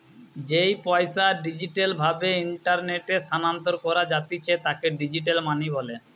যেই পইসা ডিজিটাল ভাবে ইন্টারনেটে স্থানান্তর করা জাতিছে তাকে ডিজিটাল মানি বলে